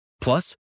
Plus